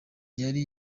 yari